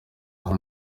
aho